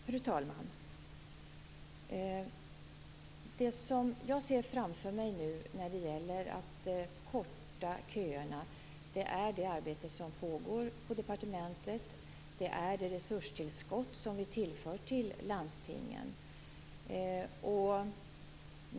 Fru talman! Det som jag ser framför mig när det gäller att korta köerna är det arbete som pågår på departementet. Det är det resurstillskott som vi tillför landstingen.